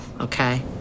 okay